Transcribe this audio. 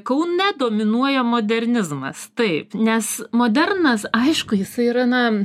kaune dominuoja modernizmas taip nes modernas aišku jisai na